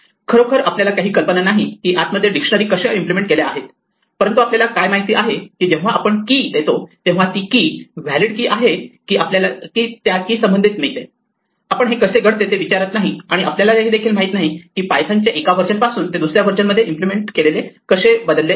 खरोखर आपल्याला काही कल्पना नाही की आत मध्ये डिक्शनरी कशा इम्प्लिमेंट केल्या आहेत परंतु आपल्याला काय माहित आहे की जेव्हा आपण कि देतो तेव्हा ती की व्हॅलिड की आहे आपल्याला त्या की संबंधित मिळते आपण हे कसे घडते ते विचारत नाही आणि आपल्याला हे देखील माहीत नाही की पायथन च्या एका वर्जन पासून ते दुसऱ्या वर्जन मध्ये हे इम्प्लिमेंट केलेले कसे बदलले आहे